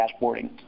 dashboarding